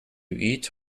eat